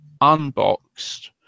unboxed